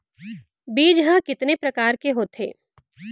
बीज ह कितने प्रकार के होथे?